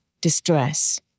distress